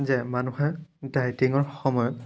যে মানুহে ডাইটিঙৰ সময়ত